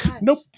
Nope